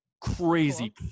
Crazy